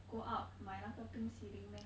go out 买那个冰淇淋 meh